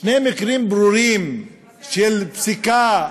שני מקרים ברורים של פסיקה,